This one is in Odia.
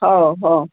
ହଉ ହଁ